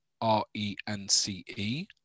R-E-N-C-E